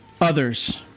others